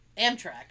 Amtrak